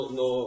no